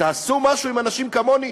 תעשו משהו עם אנשים כמוני.